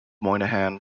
moynihan